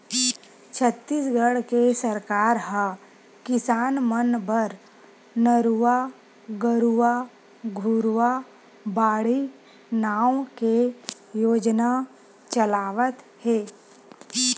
छत्तीसगढ़ के सरकार ह किसान मन बर नरूवा, गरूवा, घुरूवा, बाड़ी नांव के योजना चलावत हे